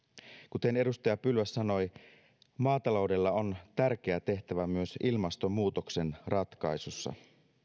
kuten edustaja pylväs sanoi maataloudella on tärkeä tehtävä myös ilmastonmuutoksen ratkaisussa